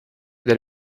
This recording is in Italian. del